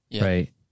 Right